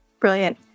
Brilliant